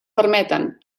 permeten